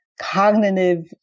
cognitive